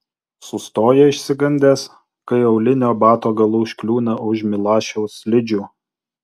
sustoja išsigandęs kai aulinio bato galu užkliūna už milašiaus slidžių